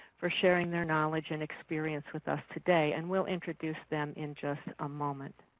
for sharing their knowledge and experience with us today and we'll introduce them in just a moment.